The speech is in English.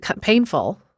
Painful